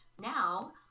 Now